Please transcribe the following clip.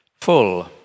full